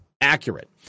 accurate